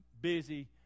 busy